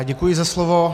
Děkuji za slovo.